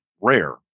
rare